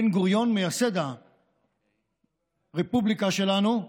בן-גוריון, מייסד הרפובליקה שלנו,